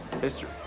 History